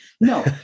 No